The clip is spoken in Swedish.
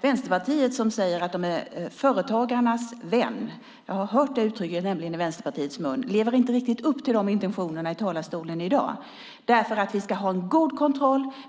Vänsterpartiet som säger att man är företagarnas vän - det har jag hört från Vänsterpartiet - lever inte riktigt upp till de intentionerna från talarstolen i dag. Vi ska ha god kontroll.